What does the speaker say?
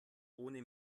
ohne